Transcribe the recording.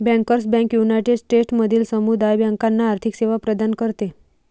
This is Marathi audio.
बँकर्स बँक युनायटेड स्टेट्समधील समुदाय बँकांना आर्थिक सेवा प्रदान करते